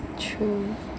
true